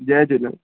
Jay Jhulelal